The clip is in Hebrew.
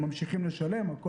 ממשיכים לשלם,